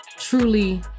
Truly